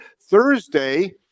Thursday